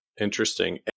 Interesting